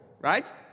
right